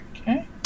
Okay